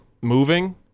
moving